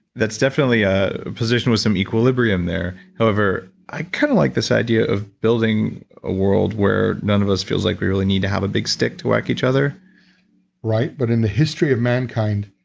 that's definitely a position with some equilibrium there. however, i kind of like this idea of building a world where none of us feels like we really need to have a big stick to whack each other right. but in the history of mankind,